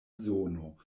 zono